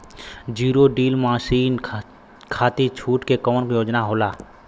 Zero till machine खाती छूट के कवन योजना होला?